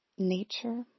Nature